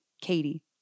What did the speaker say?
Katie